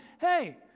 Hey